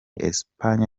espagne